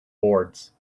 boards